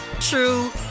true